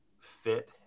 fit